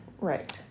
Right